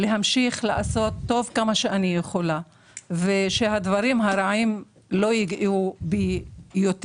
להמשיך לעשות טוב כמה שאני יכולה ושהדברים הרעים לא יגעו בי יותר.